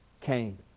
Cain